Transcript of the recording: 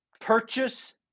purchase